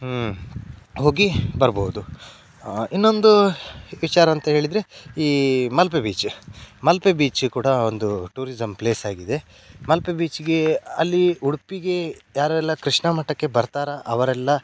ಹ್ಞೂ ಹೋಗಿ ಬರ್ಬೌದು ಇನ್ನೊಂದು ವಿಚಾರ ಅಂತೇಳಿದರೆ ಈ ಮಲ್ಪೆ ಬೀಚ ಮಲ್ಪೆ ಬೀಚ್ ಕೂಡ ಒಂದು ಟೂರಿಸಮ್ ಪ್ಲೇಸಾಗಿದೆ ಮಲ್ಪೆ ಬೀಚ್ಗೆ ಅಲ್ಲಿ ಉಡುಪಿಗೆ ಯಾರೆಲ್ಲ ಕೃಷ್ಣ ಮಠಕ್ಕೆ ಬರ್ತಾರೋ ಅವರೆಲ್ಲ